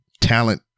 talent